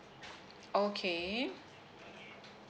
okay